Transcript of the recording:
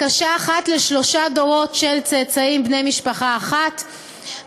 של צאצאים בני משפחה אחת,